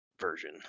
Version